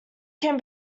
can